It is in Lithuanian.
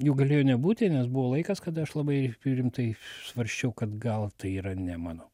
jų galėjo nebūti nes buvo laikas kada aš labai rimtai svarsčiau kad gal tai yra ne mano